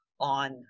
on